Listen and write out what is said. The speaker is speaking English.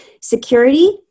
Security